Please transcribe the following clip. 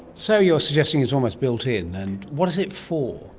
so you're suggesting it's almost built in. and what is it for?